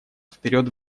вперед